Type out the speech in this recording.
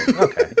Okay